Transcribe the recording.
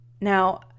Now